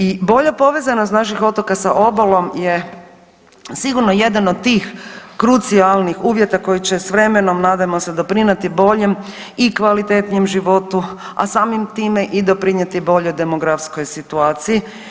I bolja povezanost naših otoka sa obalom je sigurno jedan od tih krucijalnih uvjeta koji će s vremenom nadajmo se doprinijeti boljem i kvalitetnijem životu, a samim time i doprinijeti boljoj demografskoj situaciji.